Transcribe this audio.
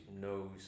knows